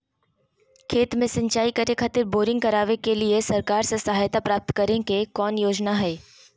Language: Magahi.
खेत में सिंचाई करे खातिर बोरिंग करावे के लिए सरकार से सहायता प्राप्त करें के कौन योजना हय?